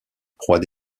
proie